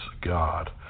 God